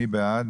מי בעד?